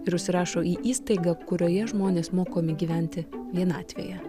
ir užsirašo į įstaigą kurioje žmonės mokomi gyventi vienatvėje